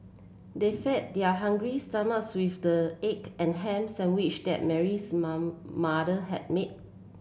they fed their hungry stomachs with the egg and ham sandwich that Mary's mom mother had made